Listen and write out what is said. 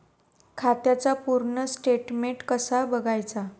खात्याचा पूर्ण स्टेटमेट कसा बगायचा?